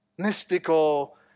mystical